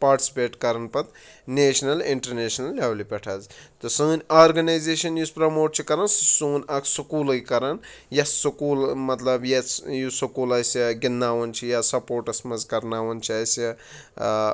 participate کَران پَتہٕ national international لٮ۪ولہِ پٮ۪ٹھ حظ تہٕ سٲنۍ آرگنایزیشَن یُس پرٛموٹ چھِ کَران سُہ چھِ سون اَکھ سٔکوٗلٕے کَران یَتھ سکوٗلہٕ مطلب یَتھ یُتھ سکوٗل آسہِ یا گنٛدناوان چھِ یا سپوٹَس منٛز کَرناوان چھِ اَسہِ